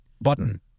button